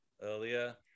earlier